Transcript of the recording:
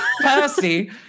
Percy